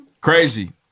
Crazy